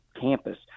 campus